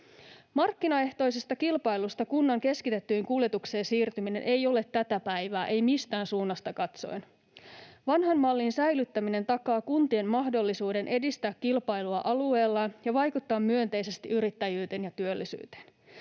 Markkinaehtoisesta kilpailusta kunnan keskitettyyn kuljetukseen siirtyminen ei ole tätä päivää, ei mistään suunnasta katsoen. Vanhan mallin säilyttäminen takaa kuntien mahdollisuuden edistää kilpailua alueellaan ja vaikuttaa myönteisesti yrittäjyyteen ja työllisyyteen.